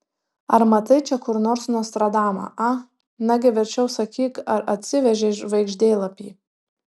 ar matai čia kur nors nostradamą a nagi verčiau sakyk ar atsivežei žvaigždėlapį